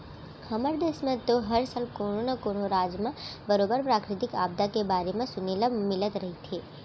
हमर देस म तो हर साल कोनो न कोनो राज म बरोबर प्राकृतिक आपदा के बारे म म सुने ल मिलत रहिथे